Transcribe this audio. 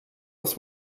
das